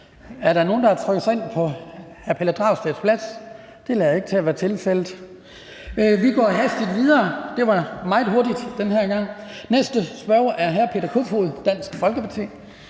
Er der nogen, der trykket sig ind fra hr. Pelle Dragsteds plads? Det lader ikke til at være tilfældet. Vi går hastigt videre. Det gik meget hurtigt den her gang. Næste spørger er hr. Peter Kofod, Dansk Folkeparti.